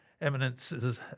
eminences